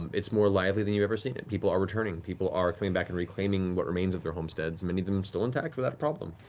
it's more lively than you've ever seen it. people are returning. people are coming back and reclaiming what remains of their homesteads, many of them still intact without a problem.